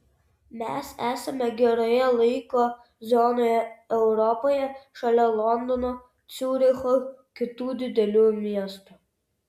mes esame geroje laiko zonoje europoje šalia londono ciuricho kitų didelių miestų